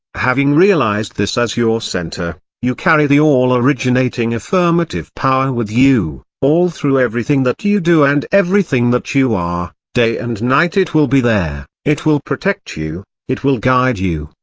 having realised this as your centre, you carry the all-originating affirmative power with you, all through everything that you do and everything that you are day and night it will be there, it will protect you, it will guide you,